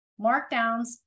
markdowns